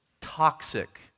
toxic